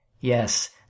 Yes